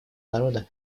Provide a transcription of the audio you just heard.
народа